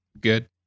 Good